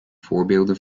voorbeelden